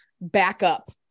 backup